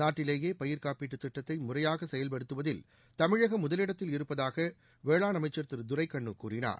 நாட்டிலேயே பயிர்க்காப்பீட்டு திட்டத்தை முறையாக செயல்படுத்துவதில் தமிழகம் முதலிடத்தில் இருப்பதாக வேளாண் அமைச்சர் திரு துரைக்கண்ணு கூறினார்